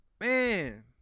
Man